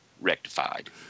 rectified